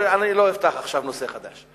ואני לא אפתח עכשיו נושא חדש.